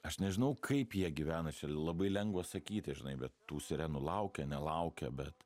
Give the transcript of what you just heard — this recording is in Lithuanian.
aš nežinau kaip jie gyvena labai lengva sakyti žinai bet tų sirenų laukia nelaukia bet